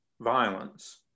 violence